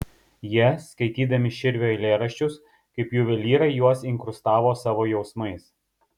jie skaitydami širvio eilėraščius kaip juvelyrai juos inkrustavo savo jausmais